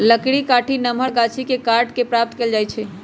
लकड़ी काठी नमहर गाछि के काट कऽ प्राप्त कएल जाइ छइ